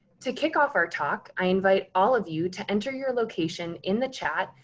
to kick off our talk. i invite all of you to enter your location in the chat.